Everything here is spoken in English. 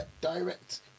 direct